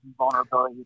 vulnerabilities